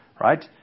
right